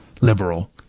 liberal